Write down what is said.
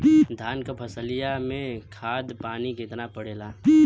धान क फसलिया मे खाद पानी कितना पड़े ला?